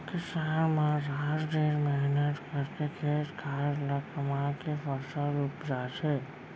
किसान मन रात दिन मेहनत करके खेत खार ल कमाके फसल उपजाथें